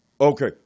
Okay